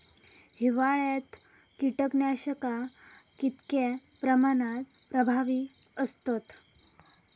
हिवाळ्यात कीटकनाशका कीतक्या प्रमाणात प्रभावी असतत?